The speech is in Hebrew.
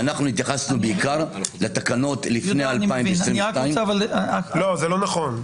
התייחסנו בעיר לתקנות לפני 2022. זה לא נכון.